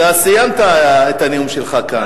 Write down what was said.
אתה סיימת את הנאום שלך כאן.